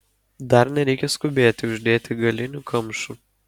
dar nereikia skubėti uždėti galinių kamšų